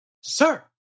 sir